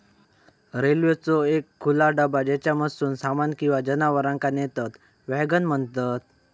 रेल्वेचो एक खुला डबा ज्येच्यामधसून सामान किंवा जनावरांका नेतत वॅगन म्हणतत